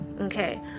Okay